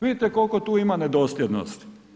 Vidite koliko tu ima nedosljednosti.